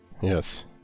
Yes